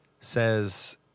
says